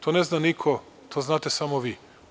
To ne zna niko, to znate samo vi.